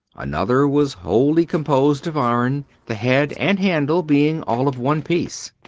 another was wholly composed of iron, the head and handle being all of one piece.